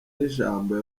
y’ijambo